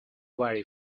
vary